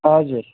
हजुर